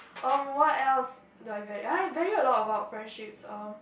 erm what else do I value I value a lot about friendships uh